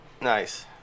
Nice